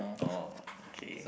oh okay